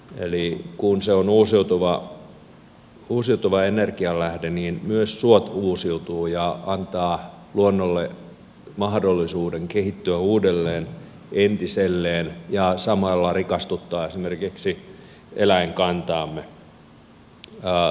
eli kun se on uusiutuva energianlähde niin myös suot uusiutuvat ja antavat luonnolle mahdollisuuden kehittyä uudelleen entiselleen ja samalla rikastuttaa esimerkiksi eläinkantaamme